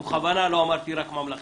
ובכוונה לא אמרתי רק ממלכתי.